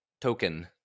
token